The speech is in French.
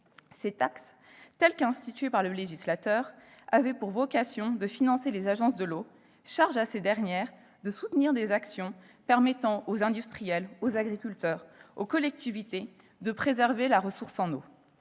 Ces taxes, telles qu'instituées par le législateur, avaient vocation à financer les agences de l'eau, charge à ces dernières de soutenir des actions permettant aux industriels, aux agriculteurs, aux collectivités de préserver la ressource en eau.